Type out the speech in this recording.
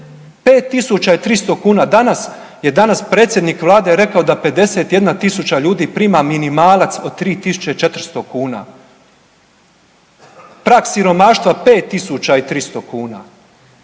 5 300 kuna, danas je danas predsjednik Vlade rekao da 51 000 tisuća ljudi prima minimalac od 3400 kuna. Prag siromaštva 5 300 kuna.